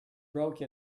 broke